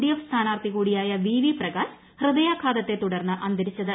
D F സ്ഥാനാർത്ഥികൂടിയായ V V Prakash ഹൃദയാഘാതത്തെ തുടർന്ന് അന്തരിച്ചത്